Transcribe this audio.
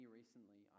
recently